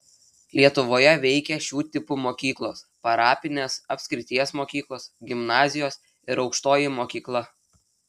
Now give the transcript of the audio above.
lietuvoje veikė šių tipų mokyklos parapinės apskrities mokyklos gimnazijos ir aukštoji mokykla